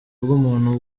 bw’umuntu